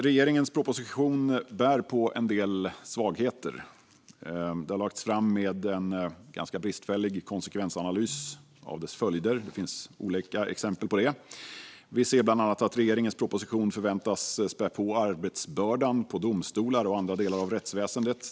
Regeringens proposition bär på en del svagheter. Den har lagts fram med en ganska bristfällig konsekvensanalys av dess följder; det finns olika exempel på detta. Bland annat förväntas regeringens proposition spä på arbetsbördan för domstolar och andra delar av rättsväsendet.